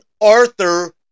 Arthur